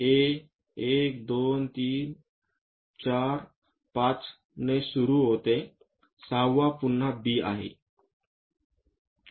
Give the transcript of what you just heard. तर A 1 2 3 4 5 ने सुरू होते सहावा पुन्हा B आहे